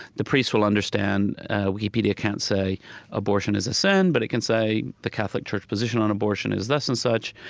the priest will understand wikipedia can't say abortion is a sin, but it can say the catholic church position on abortion is this and such.